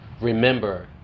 remember